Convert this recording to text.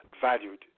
valued